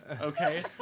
okay